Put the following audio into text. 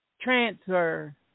transfer